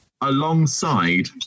alongside